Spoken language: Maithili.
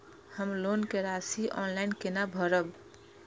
हम लोन के राशि ऑनलाइन केना भरब?